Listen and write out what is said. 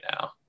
now